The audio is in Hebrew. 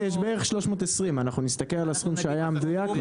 בערך 320. נסתכל על הסכום המדויק שהיה,